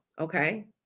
Okay